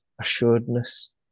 assuredness